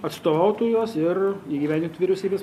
atstovautų jos ir įgyvendintų vyriausybės